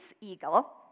eagle